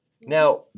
Now